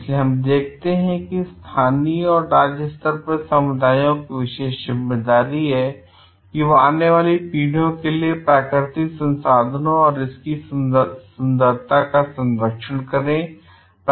इसलिए हम देखते हैं कि स्थानीय और राज्य स्तर पर समुदायों की विशेष जिम्मेदारी है कि वे आने वाली पीढ़ियों के लिए प्राकृतिक संसाधनों और इसकी सुंदरता का संरक्षण करें